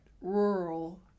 rural